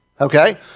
Okay